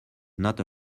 not